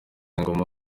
ingoma